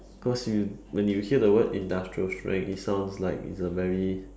cause you when you hear the word industrial strength it sounds like it's a very